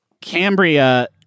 Cambria